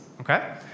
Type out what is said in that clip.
okay